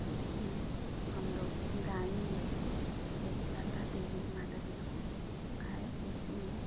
इसलिए हम लोग गाँव ही में एक ललिता देवी मॉडल स्कूल है उसी में